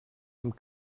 amb